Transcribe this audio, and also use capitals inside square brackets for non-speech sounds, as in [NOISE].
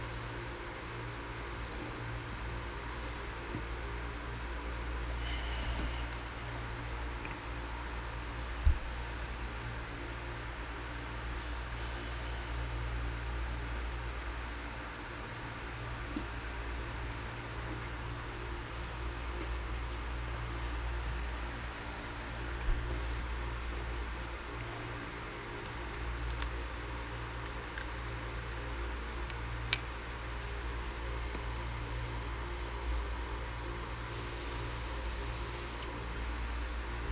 [BREATH]